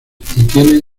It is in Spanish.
tiene